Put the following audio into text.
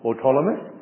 Autonomous